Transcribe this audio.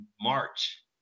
March